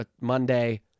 Monday